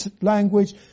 language